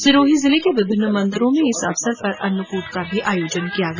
सिरोही जिले के विभिन्न मंदिरों में इस अवसर पर अन्नकट का आयोजन भी किया गया